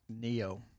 Neo